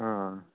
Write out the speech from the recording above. ஆ ஆ